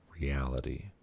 reality